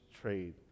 trade